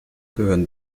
gehören